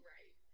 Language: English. Right